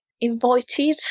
invited